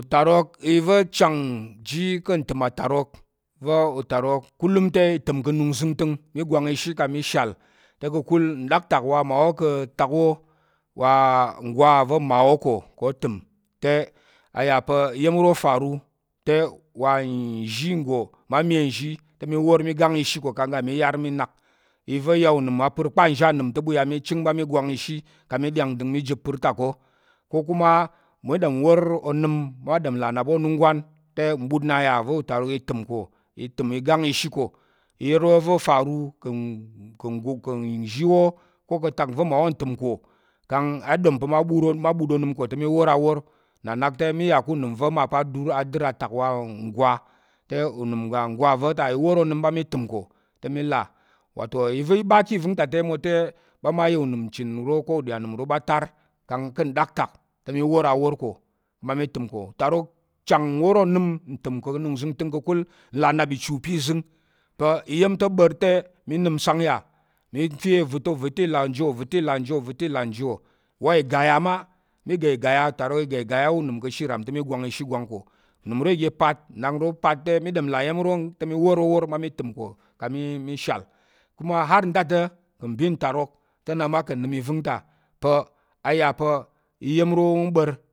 Utarok i va̱ chang ji ka̱ ntəm atarok, va̱ utarok kulum te i təm ka̱ anung nzəngtəng, mi gwang ishi kang mi shal te ka̱kul nɗaktak wa mmawo ka̱ atak wó wa nngwa va̱ mmawo ko kang o təm te a yà pa̱ iya̱m nro faru te wa nzhi nggo mma me te mi wor mi gang ishi ko kang mi yar mi nak, iva̱ ya unəm apər kpan nzhi anəm te mi wor chər mi ga mi ɗyáng ndəng mi ɓa mi jip ko, ko kuma mi ɗom wor onəm mma ɗom nlà nnap onunggwan, te mbut nnà yà nva̱ onəm i təm ko i təm i gang ishi ka̱ nzhi wò ko ka̱ nva̱ mmawo ka̱ ntəm kang a ɗom pa̱ mma but onəm ko te, mi wor a wor nnà nak te na iya ká̱ onəm va̱ mal pa̱ a dər atak wa nggwa te unəm uga ngwa nva̱ ta i wor ɓa mi təm ko i te mi là i va̱ mi ɓa ká̱ ivəng ta mwote, ɓa mma ya uchen uro ka̱t te uɗyanəm uro ɓa tar te ɓa mi wor awor ká̱ ɓa mi təm ká̱, utarok hang nwor onəm unnggwang ka̱ ka̱kul nlà nnap ìchu pa̱ ìzəng pa̱ iya̱m ta̱ ɓa̱r te, mi nəm sangya? Uva̱ ta̱ i la njiwo, uva̱ta̱ i là njiwo kpak, igaya mma utarok i ga igaya unəm ka̱ ashe iram te mi ggwang ishi ggwan ko, unəm uro i ga pat nnap nro pat n là iya̱m iro te mi wor awor ɓa mi təm ko kang mi shal kuma har nda ka̱ mbin ntarok te, nna mma ka̱ nəm iva̱ng ta iya̱m ro wong ɓa̱r